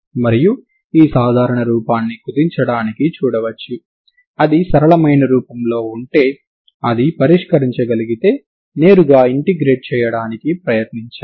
మరియు ఈ సాధారణ రూపాన్ని కుదించడాన్ని చూడవచ్చు అది సరళమైన రూపంలో ఉంటే అది పరిష్కరించగలిగితే నేరుగా ఇంటిగ్రేట్ చేయడానికి ప్రయత్నించండి